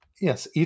Yes